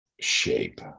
shape